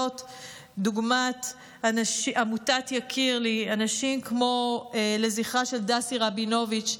דוגמת עמותת "יקיר לי" לזכרה של דסי רבינוביץ',